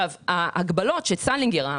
ההגבלות של סלינגר,